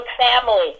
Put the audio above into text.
family